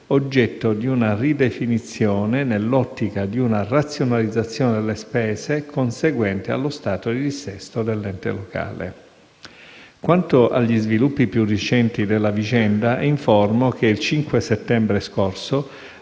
oggetto di una ridefinizione nell'ottica di una razionalizzazione delle spese conseguente allo stato di dissesto dell'ente locale. Quanto agli sviluppi più recenti della vicenda, informo che il 5 settembre scorso